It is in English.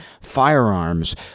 firearms